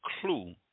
clue